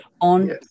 on